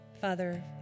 Father